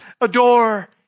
adore